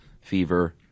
fever